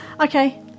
okay